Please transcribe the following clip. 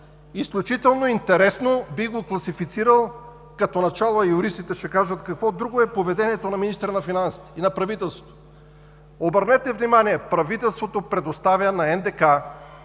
изключително интересно и като начало юристите ще кажат: какво друго е поведението на министъра на финансите и на правителството. Обърнете внимание, че правителството предоставя на НДК